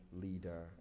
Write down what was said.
leader